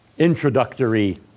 introductory